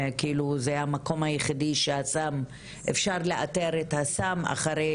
זה המקום היחידי שאפשר לאתר את הסם אחרי